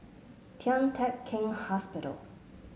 Tian Teck Keng Hospital